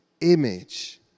image